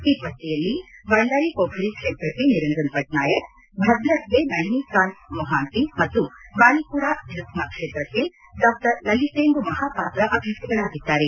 ಈ ಪಟ್ಟಿಯಲ್ಲಿ ಬಂಡಾರಿಪೋಖರಿ ಕ್ಷೇತ್ರಕ್ಷೆ ನಿರಂಜನ್ ಪಟ್ನಾಯಕ್ ಭದ್ರಕ್ಗೆ ನಳನಿಕಾಂತ್ ಮೊಹಾಂತಿ ಮತ್ತು ಬಾಲಿಕುಡ ಎರಸ್ಮಾ ಕ್ಷೇತ್ರಕ್ಕೆ ಡಾಕ್ಟರ್ ಲಲಿತೇಂದು ಮಹಾಪಾತ್ರ ಅಭ್ಯರ್ಥಿಗಳಾಗಿದ್ದಾರೆ